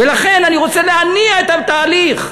ולכן אני רוצה להניע את התהליך.